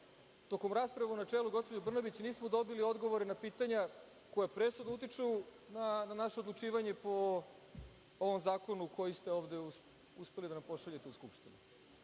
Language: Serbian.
tokom rasprave u načelu, gospođo Brnabić, nismo dobili odgovore na pitanja koja presudno utiču na naše odlučivanje po ovom zakonu koji ste ovde uspeli da nam pošaljete u Skupštinu.